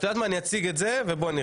אני אציג את זה ונראה.